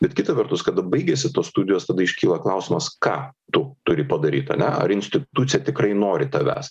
bet kita vertus kada baigiasi tos studijos tada iškyla klausimas ką tu turi padaryt ane ar institucija tikrai nori tavęs